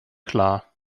klar